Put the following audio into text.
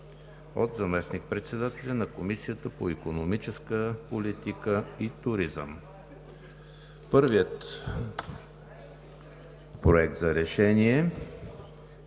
Първият Проект за решение е